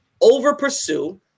over-pursue